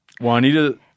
Juanita